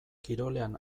kirolean